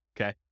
okay